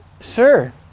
Sir